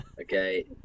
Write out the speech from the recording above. Okay